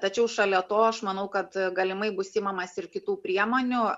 tačiau šalia to aš manau kad galimai bus imamasi ir kitų priemonių